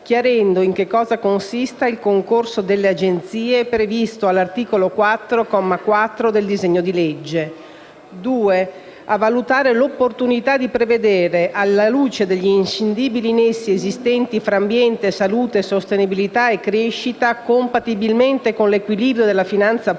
chiarendo in che cosa consista il «concorso delle agenzie» previsto all'articolo 4, comma 4, del disegno di legge; a valutare l'opportunità di prevedere, alla luce degli inscindibili nessi esistenti tra ambiente, salute, sostenibilità e crescita, compatibilmente con l'equilibrio della finanza pubblica,